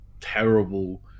terrible